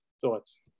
thoughts